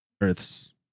Earth's